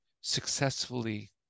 successfully